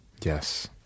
Yes